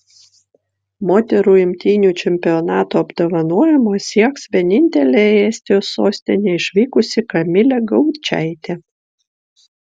moterų imtynių čempionato apdovanojimo sieks vienintelė į estijos sostinę išvykusi kamilė gaučaitė